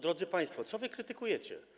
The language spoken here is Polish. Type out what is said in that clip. Drodzy państwo, co wy krytykujecie?